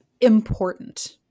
important